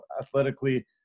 athletically